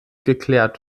geklärt